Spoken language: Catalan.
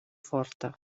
forta